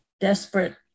desperate